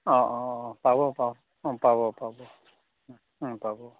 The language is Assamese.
অঁ অঁ অঁ পাব পাব অঁ পাব পাব পাব